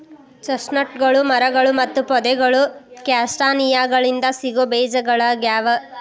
ಚೆಸ್ಟ್ನಟ್ಗಳು ಮರಗಳು ಮತ್ತು ಪೊದೆಗಳು ಕ್ಯಾಸ್ಟಾನಿಯಾಗಳಿಂದ ಸಿಗೋ ಬೇಜಗಳಗ್ಯಾವ